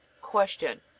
Question